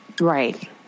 Right